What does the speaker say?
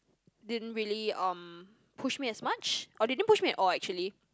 didn't really um push me as much or they didn't push me at all actually